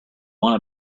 want